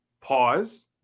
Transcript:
Pause